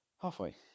Halfway